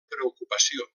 preocupació